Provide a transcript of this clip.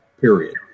period